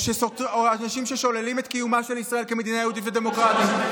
או אנשים ששוללים את קיומה של ישראל כמדינה יהודית ודמוקרטית.